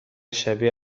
شبیه